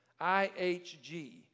IHG